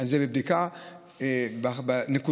זה בבדיקה נקודתית.